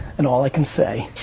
and all i can say,